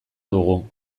dugu